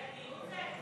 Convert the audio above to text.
זה דיון זה?